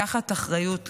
לקחת אחריות,